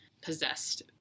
possessed